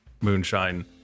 moonshine